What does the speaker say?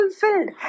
fulfilled